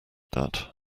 that